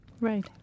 Right